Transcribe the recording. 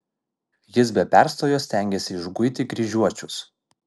jis be perstojo stengėsi išguiti kryžiuočius